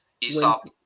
Aesop